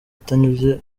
atanyuze